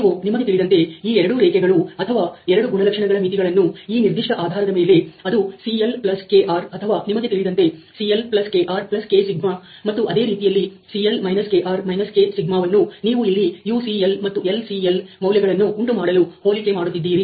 ನೀವು ನಿಮಗೆ ತಿಳಿದಂತೆ ಈ 2 ರೇಖೆಗಳು ಅಥವಾ ಎರಡು ಗುಣಲಕ್ಷಣಗಳ ಮಿತಿಗಳನ್ನು ಈ ನಿರ್ದಿಷ್ಟ ಆಧಾರದ ಮೇಲೆ ಅದು CLkR ಅಥವಾ ನಿಮಗೆ ತಿಳಿದಂತೆ ClkRk σ ಮತ್ತು ಅದೇ ರೀತಿಯಲ್ಲಿ Cl−kR−k σ ವನ್ನು ನೀವು ಇಲ್ಲಿ UCL ಮತ್ತು LCL ಮೌಲ್ಯಗಳನ್ನು ಉಂಟುಮಾಡಲು ಹೋಲಿಕೆ ಮಾಡುತ್ತಿದ್ದೀರಿ